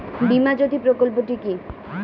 বীমা জ্যোতি প্রকল্পটি কি?